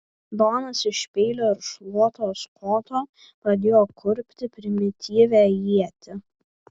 donas iš peilio ir šluotos koto pradėjo kurpti primityvią ietį